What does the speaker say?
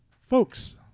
Folks